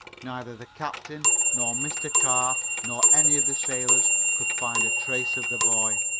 neither the captain nor mr. carr nor any of the sailors could find a trace of the boy.